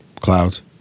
Clouds